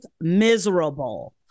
miserable